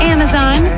Amazon